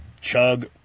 chug